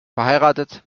verheiratet